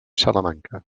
salamanca